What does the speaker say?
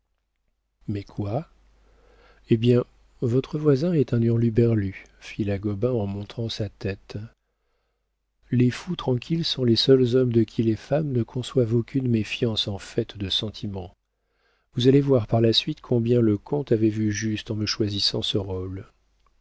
mais quoi eh bien votre voisin est un hurluberlu fit la gobain en montrant sa tête les fous tranquilles sont les seuls hommes de qui les femmes ne conçoivent aucune méfiance en fait de sentiment vous allez voir par la suite combien le comte avait vu juste en me choisissant ce rôle